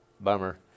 bummer